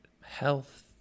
health